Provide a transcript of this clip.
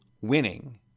winning